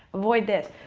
avoid this.